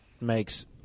makes